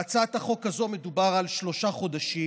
בהצעת החוק הזאת מדובר על שלושה חודשים,